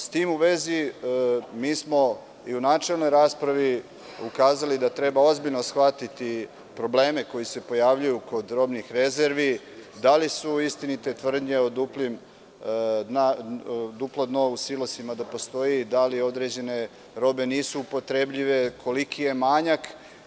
S tim u vezi, mi smo i u načelnoj raspravi ukazali da treba ozbiljno shvatiti probleme koji se pojavljuju kod robnih rezervi, da li su istinite tvrdnje da postoji duplo dno u silosima, da li određene robe nisu upotrebljive, koliki je manjak.